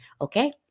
Okay